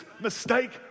mistake